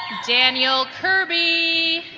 daniel kirby